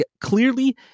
clearly